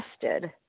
tested